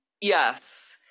Yes